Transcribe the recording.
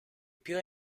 più